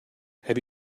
have